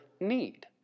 need